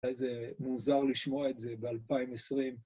איזה מוזר לשמוע את זה ב-2020.